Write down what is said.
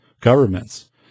governments